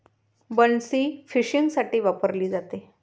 बन्सी फिशिंगसाठी वापरली जाते